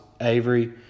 Avery